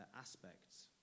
aspects